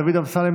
דוד אמסלם,